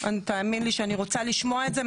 תאמין לי שאני רוצה לשמוע את זה,